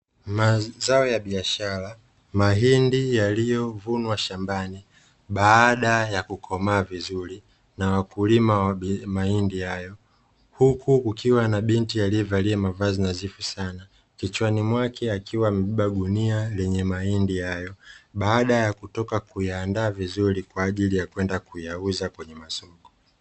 Mazao ya biashara, mahindi yaliyovunwa shambani baada ya kukomaa vizuri na wakulima wa mahindi hayo. Huku kukiwa na binti aliyevalia mavazi nadhifu sana, kichwani mwake akiwa amebeba gunia lenye mahindi hayo. Baada ya kutoka kuyaandaa vizuri kwa ajli ya kuyauza kwenye masoko.